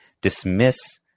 dismiss